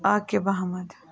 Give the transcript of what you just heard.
Aqib Ahmad